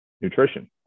nutrition